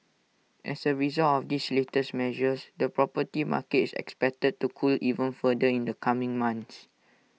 as A result of these latest measures the property market is expected to cool even further in the coming months